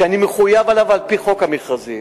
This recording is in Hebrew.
שאני מחויב לו על-פי חוק חובת המכרזים,